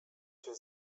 się